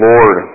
Lord